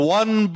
one